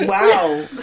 Wow